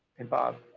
and bob,